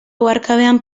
oharkabean